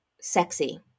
sexy